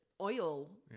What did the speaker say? oil